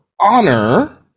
honor